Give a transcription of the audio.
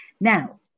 Now